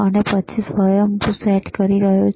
અને પછી તે સ્વયંભૂ સેટ કરી રહ્યો છે